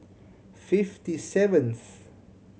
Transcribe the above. fifty seventh